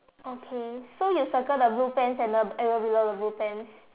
okay so you circle the blue pants and the and then below the blue pants